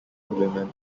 women